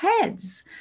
heads